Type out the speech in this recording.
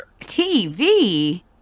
TV